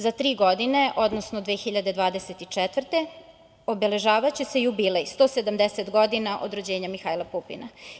Za tri godine, odnosno 2024. obeležavaće se jubilej 170 godina od rođenja Mihajla Pupina.